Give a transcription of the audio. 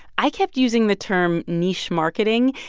i kept using the term niche marketing.